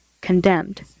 condemned